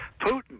Putin